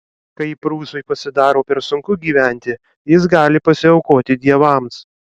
kai prūsui pasidaro per sunku gyventi jis gali pasiaukoti dievams